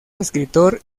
escritor